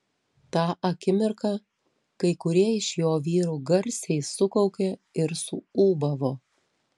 tą akimirką kai kurie iš jo vyrų garsiai sukaukė ir suūbavo